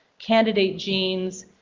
candidate genes,